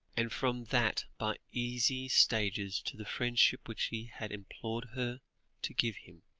and from that by easy stages to the friendship which he had implored her to give him,